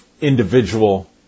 individual